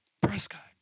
Prescott